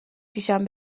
پیشم